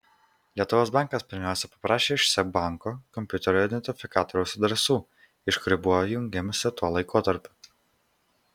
lietuvos bankas pirmiausia paprašė iš seb banko kompiuterio identifikatoriaus adresų iš kurių buvo jungiamasi tuo laikotarpiu